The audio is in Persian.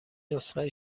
نسخه